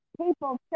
people